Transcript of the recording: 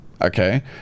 okay